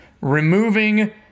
removing